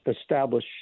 establish